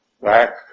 back